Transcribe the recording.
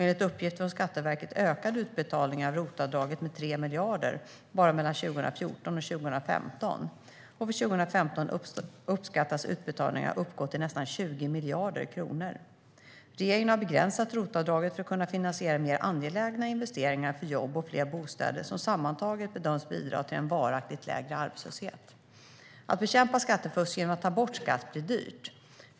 Enligt uppgifter från Skatteverket ökade utbetalningarna av ROT-avdraget med 3 miljarder kronor bara mellan 2014 och 2015, och för 2015 uppskattas utbetalningarna uppgå till nästan 20 miljarder kronor. Regeringen har begränsat ROT-avdraget för att kunna finansiera mer angelägna investeringar för jobb och fler bostäder, som sammantaget bedöms bidra till en varaktigt lägre arbetslöshet. Att bekämpa skattefusk genom att ta bort skatt blir dyrt.